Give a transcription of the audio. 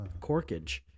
corkage